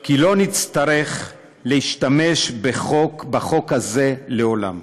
כי לא נצטרך להשתמש בחוק הזה לעולם.